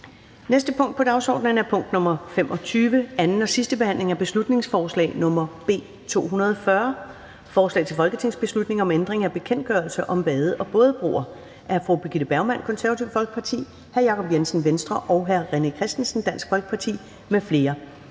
næste punkt på dagsordenen er: 25) 2. (sidste) behandling af beslutningsforslag nr. B 240: Forslag til folketingsbeslutning om ændring af bekendtgørelse om bade- og bådebroer. Af Birgitte Bergman (KF), Jacob Jensen (V) og René Christensen (DF) m.fl.